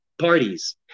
parties